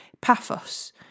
Paphos